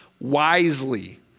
wisely